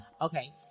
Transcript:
Okay